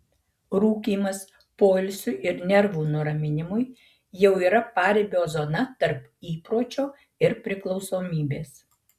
rūkymas poilsiui ir nervų nuraminimui jau yra paribio zona tarp įpročio ir priklausomybės